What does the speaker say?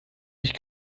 sich